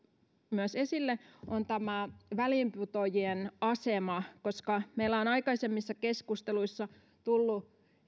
esille on tämä väliinputoajien asema meillä ovat aikaisemmissa keskusteluissa tulleet